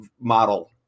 model